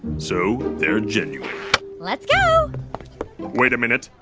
so they're genuine let's go wait a minute